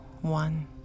One